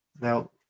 now